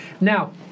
Now